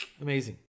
Amazing